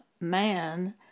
man